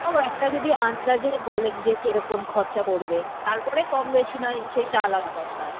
তাও একটা যদি আন্দাজে বলেন যে কীরকম খরচা পড়বে তারপরে কম বেশি নয় সেটা আলাদা কথা